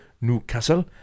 Newcastle